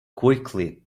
quickly